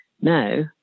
no